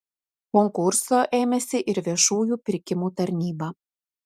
konkurso ėmėsi ir viešųjų pirkimų tarnyba